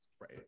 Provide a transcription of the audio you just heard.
right